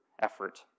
effort